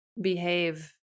behave